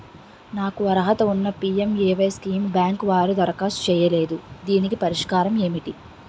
నాకు అర్హత ఉన్నా పి.ఎం.ఎ.వై స్కీమ్ బ్యాంకు వారు దరఖాస్తు చేయలేదు దీనికి పరిష్కారం ఏమిటి?